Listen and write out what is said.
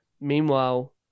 Meanwhile